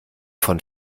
von